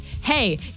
Hey